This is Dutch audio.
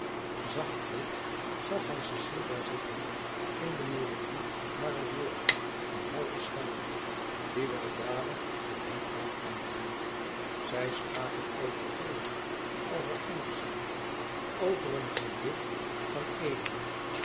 zacht wit zag hij cecile daar zitten in de melodie harer woorden van halve stem die weldadig tot hem aanklonken zij spraken over veel over emerson over een gedicht van van eeden